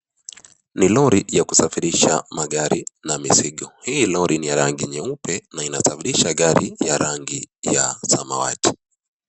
Ni lori ya kusafirisha magari na mizigo. Hii lori ni ya rangi nyeupe na inasafirisha gari ya rangi ya samawati.